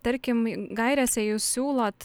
tarkim gairėse jūs siūlot